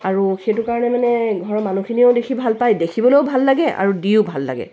আৰু সেইটো কাৰণে মানে ঘৰৰ মানুহখিনিয়েও দেখি ভাল পায় দেখিবলও ভাল লাগে আৰু দিও ভাল লাগে